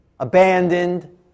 abandoned